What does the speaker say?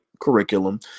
curriculum